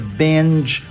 binge